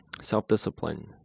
self-discipline